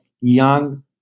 young